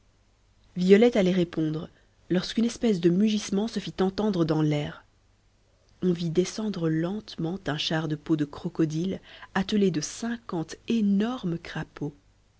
violette allait répondre lorsqu'une espèce de mugissement se fit entendre dans l'air on vit descendre lentement un char de peau de crocodile attelé de cinquante énormes crapauds